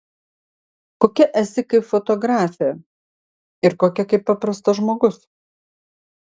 kokia esi kaip fotografė ir kokia kaip paprastas žmogus